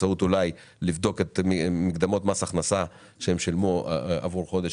לבדוק מקדמות מס הכנסה שהם שילמו עבור חודש